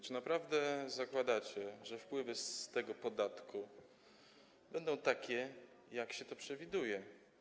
Czy naprawdę zakładacie, że wpływy z tego podatku będą takie, jak się to przewiduje?